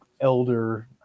elder